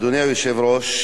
אדוני היושב-ראש,